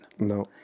No